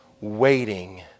waiting